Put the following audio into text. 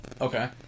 Okay